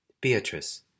Beatrice